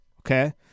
okay